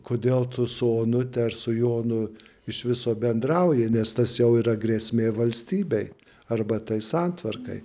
kodėl tu su onute ar su jonu iš viso bendrauji nes tas jau yra grėsmė valstybei arba tai santvarkai